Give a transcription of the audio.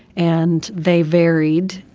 and they varied,